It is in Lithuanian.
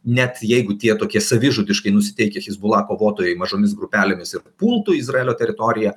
net jeigu tie tokie savižudiškai nusiteikęs hezbollah kovotojai mažomis grupelėmis ir pultų izraelio teritoriją